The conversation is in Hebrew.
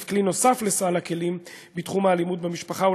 כלי נוסף לסל הכלים בתחום האלימות במשפחה,